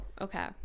Okay